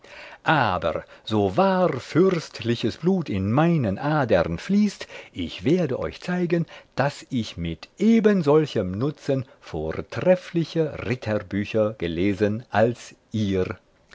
aber so wahr fürstliches blut in meinen adern fließt ich werde euch zeigen daß ich mit ebensolchem nutzen vortreffliche ritterbücher gelesen als ihr